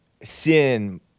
sin